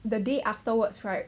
the day afterwards right